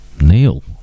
Neil